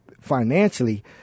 financially